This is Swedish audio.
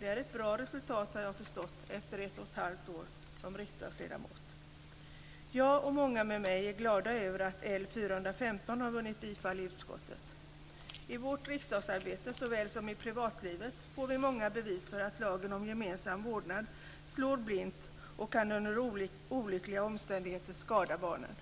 Det är ett bra resultat har jag förstått efter ett och ett halvt år som riksdagsledamot. Jag och många med mig är glada över att L415 har vunnit bifall i utskottet. I vårt riksdagsarbete såväl som i privatlivet får vi många bevis för att lagen om gemensam vårdnad slår blint och kan under olyckliga omständigheter skada barnen.